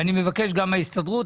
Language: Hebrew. אני מבקש גם מההסתדרות,